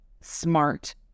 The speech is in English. smart